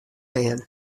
bern